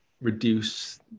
reduce